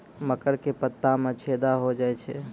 मकर के पत्ता मां छेदा हो जाए छै?